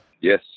Yes